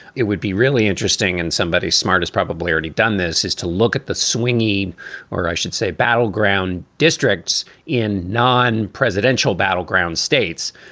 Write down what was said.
it would be really interesting. and somebody smart has probably already done this is to look at the swingy or i should say battleground districts in non presidential battleground states.